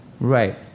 Right